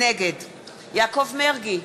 נגד יעקב מרגי,